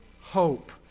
hope